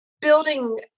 building